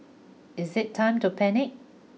is it time to panic